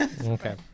Okay